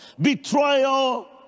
betrayal